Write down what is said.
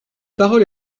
parole